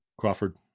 Crawford